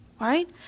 right